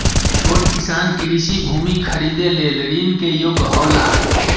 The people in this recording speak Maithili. छोट किसान कृषि भूमि खरीदे लेल ऋण के योग्य हौला?